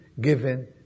given